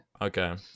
Okay